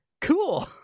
Cool